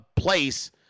Place